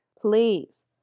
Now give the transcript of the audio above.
please